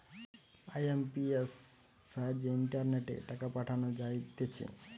IMPS সাহায্যে ইন্টারনেটে টাকা পাঠানো যাইতেছে